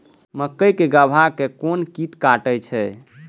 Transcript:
मक्के के गाभा के कोन कीट कटे छे?